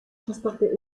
transportait